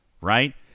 right